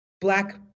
black